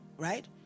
Right